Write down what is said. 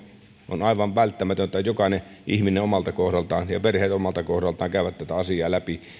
on aivan välttämätöntä että jokainen ihminen omalta kohdaltaan ja perheet omalta kohdaltaan käyvät tätä asiaa läpi